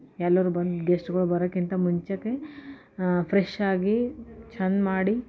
ಎಲ್ಲರೂ ಬಂದು ಗೆಸ್ಟ್ಗಳು ಬರಕ್ಕಿಂತ ಮುಂಚೆಗೆ ಫ್ರೆಶಾಗಿ ಚಂದ ಮಾಡಿ